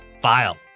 file